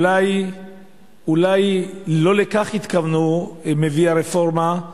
אולי לא לכך התכוונו מביאי הרפורמה,